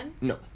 No